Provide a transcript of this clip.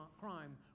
crime